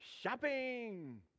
Shopping